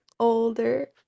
older